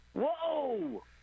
Whoa